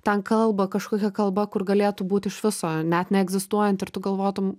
ten kalba kažkokia kalba kur galėtų būti iš viso net neegzistuojanti ir tu galvotum